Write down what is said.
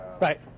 Right